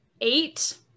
eight